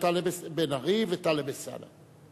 אחריה, בן-ארי וטלב אלסאנע.